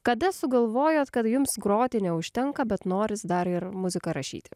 kada sugalvojot kad jums groti neužtenka bet noris dar ir muziką rašyti